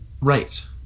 Right